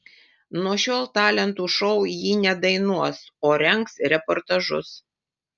nuo šiol talentų šou ji nedainuos o rengs reportažus